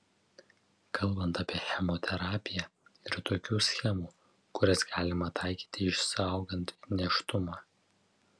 kalbant apie chemoterapiją yra tokių schemų kurias galima taikyti išsaugant nėštumą